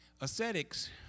ascetics